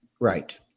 Right